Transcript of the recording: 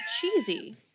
cheesy